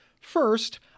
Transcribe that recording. First